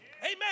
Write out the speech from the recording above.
Amen